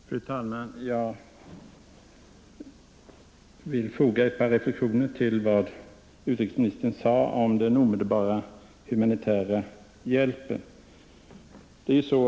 Fru talman! Jag vill foga ett par reflexioner till vad utrikesministern sade om den omedelbara humanitära hjälpen.